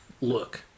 Look